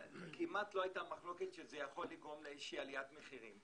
כמעט לא הייתה מחלוקת שזה יכול לגרום לאיזו שהיא עליית מחירים.